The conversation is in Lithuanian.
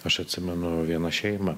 aš atsimenu vieną šeimą